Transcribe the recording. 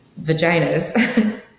vaginas